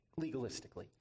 legalistically